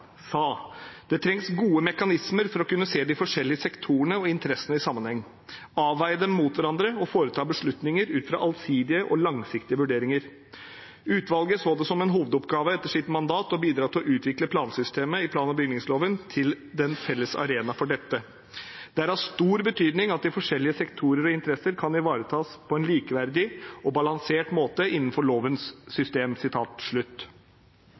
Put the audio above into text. det: «Det trengs gode mekanismer for å kunne se de forskjellige sektorene og interessene i sammenheng, avveie dem mot hverandre og foreta beslutninger ut fra allsidige og langsiktige vurderinger. Utvalget så det som en hovedoppgave etter sitt mandat å bidra til å utvikle plansystemet i plan- og bygningsloven til den felles arena for dette. Det er av stor betydning at de forskjellige sektorer og interesser kan varetas på en likeverdig og balansert måte innenfor lovens system.»